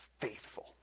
faithful